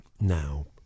now